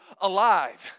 alive